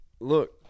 look